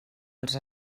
als